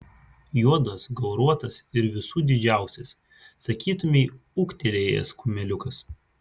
juodas gauruotas ir visų didžiausias sakytumei ūgtelėjęs kumeliukas